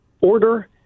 order